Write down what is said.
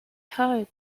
hard